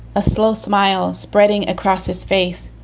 a slow smile spreading across his face.